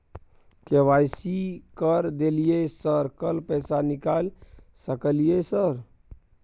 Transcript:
KYC कर दलियै sir कल पैसा निकाल सकलियै सर?